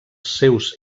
seus